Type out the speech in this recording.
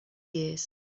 years